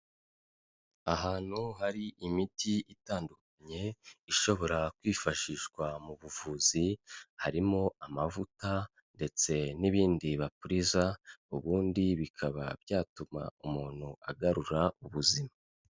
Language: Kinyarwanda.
Ahantu hari imiti itandukanye, ishobora kwifashishwa mu buvuzi, harimo amavuta ndetse n'ibindi bapuriza ubundi bikaba byatuma umuntu agarura ubuzima.